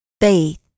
Faith